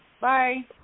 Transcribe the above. Bye